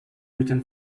written